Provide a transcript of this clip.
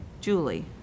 Julie